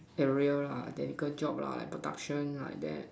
area lah technical job lah like production like that